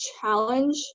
challenge